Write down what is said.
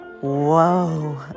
whoa